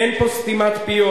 אין פה סתימת פיות.